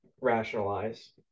rationalize